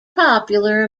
popular